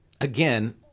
again